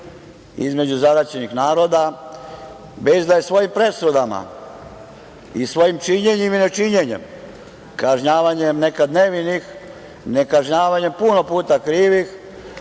između zaraćenih naroda, već da je svojim presudama i svojim činjenjem i nečinjenjem, kažnjavanjem nekad nevinih, nekažnjavanjem puno puta krivih,